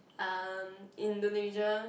um Indonesia